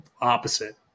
opposite